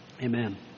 Amen